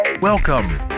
Welcome